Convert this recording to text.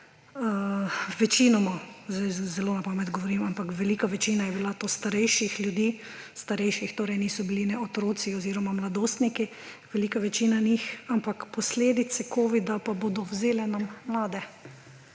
večinoma, zdaj zelo na pamet govorim, ampak velika večina je bila to starejših ljudi, starejših – torej niso bili ne otroci oziroma mladostniki ,‒ velika večina njih, ampak posledice covida pa nam bodo vzele mlade.